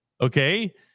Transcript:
okay